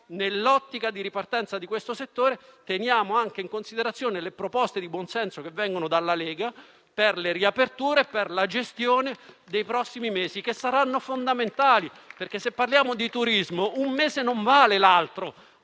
nell'ottica di ripartenza di questo settore, teniamo anche in considerazione le proposte di buonsenso che vengono dalla Lega per le riaperture e per la gestione dei prossimi mesi, che saranno fondamentali. Se parliamo di turismo, un mese non vale l'altro: